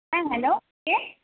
হ্যাঁ হ্যালো কে